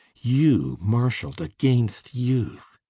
you marshalled against youth!